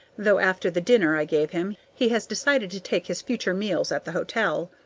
though after the dinner i gave him he has decided to take his future meals at the hotel.